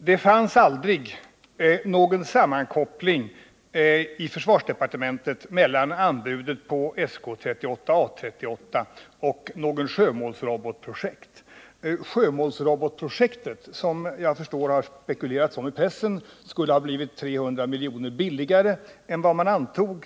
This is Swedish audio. Herr talman! Det fanns aldrig i försvarsdepartementet någon sammankoppling mellan anbudet på SK 38/A 38 och något sjömålsrobotprojekt. Det har tydligen spekulerats om i pressen att det senare projektet skulle ha blivit 300 milj.kr. billigare än man antog.